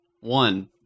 One